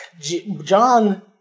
John